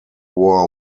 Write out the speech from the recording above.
war